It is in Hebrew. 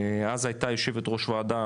אז הייתה יו"ר הוועדה